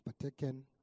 partaken